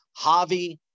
Javi